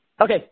Okay